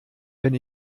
wenn